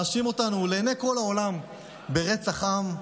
מאשים אותנו לעיני כל העולם ברצח עם,